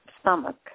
stomach